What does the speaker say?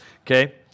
Okay